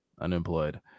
unemployed